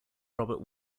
robert